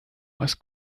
was